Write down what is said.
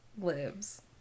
lives